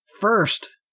first